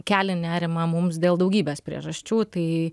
kelia nerimą mums dėl daugybės priežasčių tai